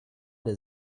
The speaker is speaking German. der